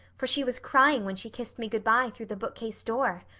for she was crying when she kissed me good-bye through the bookcase door.